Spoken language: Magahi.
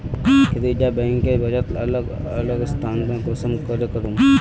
खेती डा बैंकेर बचत अलग अलग स्थानंतरण कुंसम करे करूम?